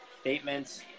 statements